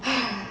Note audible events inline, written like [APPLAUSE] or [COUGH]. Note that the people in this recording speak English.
[BREATH]